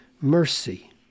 mercy